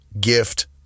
gift